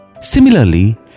Similarly